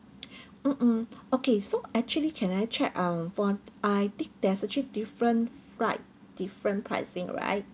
mm okay so actually can I check um for I think there's actually different flight different pricing right